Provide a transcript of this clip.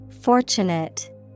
Fortunate